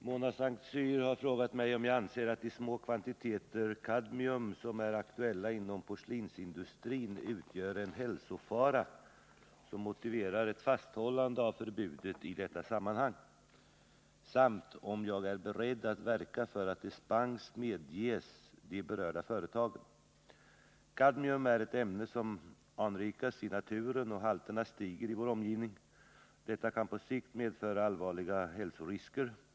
Herr talman! Mona S:t Cyr har frågat mig om jag anser att de små kvantiteter kadmium som är aktuella inom porslinsindustrin utgör en hälsofara som motiverar ett fasthållande av förbudet i detta sammanhang samt om jag är beredd att verka för att dispens medges de berörda företagen. Kadmium är ett ämne som anrikas i naturen, och halterna stiger i vår omgivning. Detta kan på sikt medföra allvarliga hä sorisker.